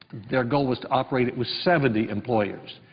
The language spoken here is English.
their goal was to operate it with seventy employees.